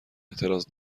اعتراض